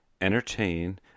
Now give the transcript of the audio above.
entertain